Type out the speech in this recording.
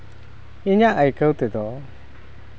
ᱤᱧᱟᱹᱜ ᱟᱹᱭᱠᱟᱹᱣ ᱛᱮᱫᱚ